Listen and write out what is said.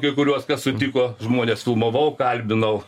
kai kuriuos kas sutiko žmones filmavau kalbinau